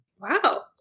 Wow